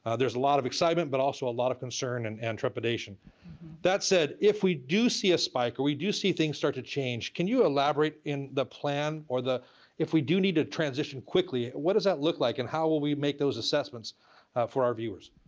ah there's a lot of excitement but also a lot of concern and and trepidation. with that said, if we do see a spike or we do see things start to change can you elaborate in the plan or if we do need to transition quickly what does that look like and how will we make those assessments for our viewers?